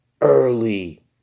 early